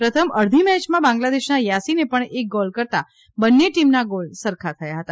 પ્રથમ અડધી મેચમાં બાંગ્લાદેશના યાસીને પણ એક ગોલ કરતાં બંને ટીમના ગોલ સરખા થયા હતા